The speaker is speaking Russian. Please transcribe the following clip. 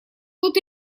тут